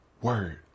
Word